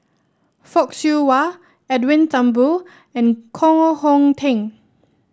Fock Siew Wah Edwin Thumboo and Koh Hong Teng